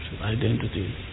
identity